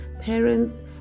parents